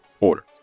order